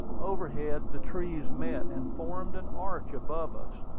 overhead the trees met, and formed an arch above us,